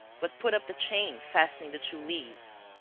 but put up the chain fastening the two leaves.